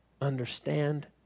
understand